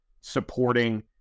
supporting